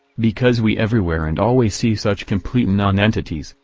because we everywhere and always see such complete nonentities,